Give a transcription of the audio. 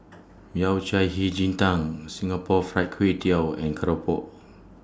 Yao Cai Hei Ji Tang Singapore Fried Kway Tiao and Keropok